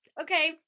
okay